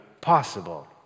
possible